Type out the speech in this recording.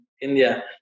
India